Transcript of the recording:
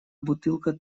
бутылка